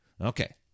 Okay